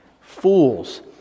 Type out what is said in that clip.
fools